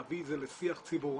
להביא את זה לשיח ציבורי.